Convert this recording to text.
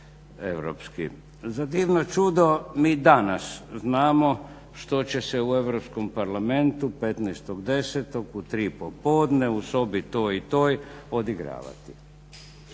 Za divno čudo mi danas znamo što će se u Europskom parlamentu 15.10. u 3 popodne u sobi toj i toj odigravati.